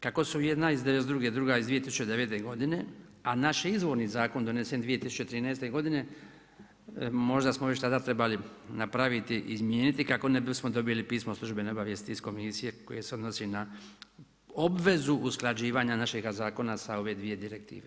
Kako su jedna iz '92., druga iz 2009. godine, a naš je izvorni zakon donesen 2013. godine možda smo već tada trebali napraviti i izmijeniti kako ne bismo dobili pismo službene obavijesti iz komisije koje se odnosi na obvezu usklađivanja našega zakona sa ove dvije direktive.